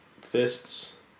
fists